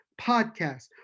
Podcast